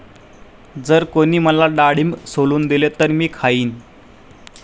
जर कोणी मला डाळिंब सोलून दिले तर मी खाईन